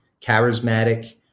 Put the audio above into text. charismatic